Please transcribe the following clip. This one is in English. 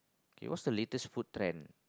K what's the latest food trend